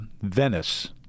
Venice